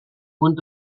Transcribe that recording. und